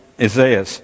Isaiah